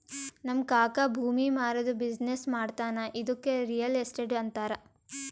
ನಮ್ ಕಾಕಾ ಭೂಮಿ ಮಾರಾದ್ದು ಬಿಸಿನ್ನೆಸ್ ಮಾಡ್ತಾನ ಇದ್ದುಕೆ ರಿಯಲ್ ಎಸ್ಟೇಟ್ ಅಂತಾರ